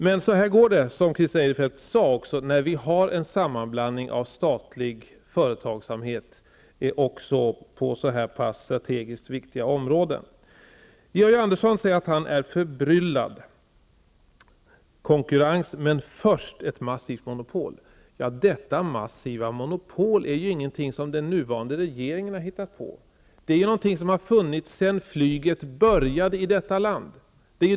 Men så här går det, som Christer Eirefelt sade, när vi har en sammanblandning av statlig företagsamhet också på så här pass strategiskt viktiga områden. Georg Andersson säger att han är förbryllad -- konkurrens men först ett massivt monopol! Detta massiva monopol är ingenting som den nuvarande regeringen har hittat på. Det är någonting som har funnits sedan flyget började i detta land.